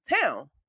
town